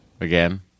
Again